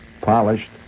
polished